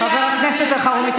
חבר הכנסת אלחרומי,